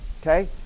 Okay